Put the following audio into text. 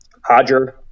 Hodger